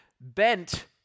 bent